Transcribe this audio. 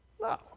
No